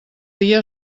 dia